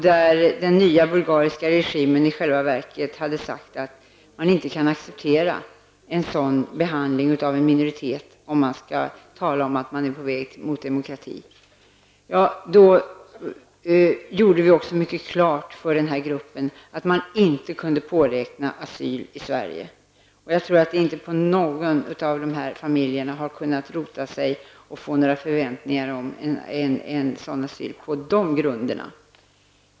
Den nya bulgariska regimen hade i själva verket sagt att man inte kunde acceptera en sådan behandling av en minoritet om man skall kunna tala om att man är på väg mot demokrati. Jag tror inte att någon av dessa familjer har kunnat rota sig eller få några förväntningar om beviljad asyl på de grunderna.